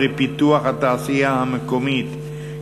פרי פיתוח התעשייה המקומית,